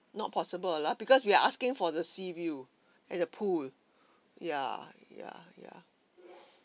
not possible lah because we are asking for the sea view and the pool ya ya ya